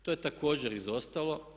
To je također izostalo.